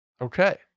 Okay